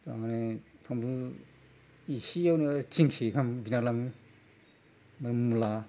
थारमाने फानलु एसेयावनो थिंसे गाहाम बिनालाङो ओमफाय मुला